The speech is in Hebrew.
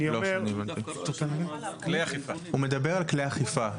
הוא מדבר על כלי אכיפה.